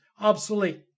obsolete